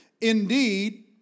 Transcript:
Indeed